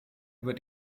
über